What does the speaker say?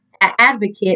advocate